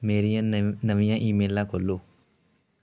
ਮੇਰੀਆਂ ਨਵੀਂ ਨਵੀਆਂ ਈਮੇਲਾਂ ਖੋਲ੍ਹੋ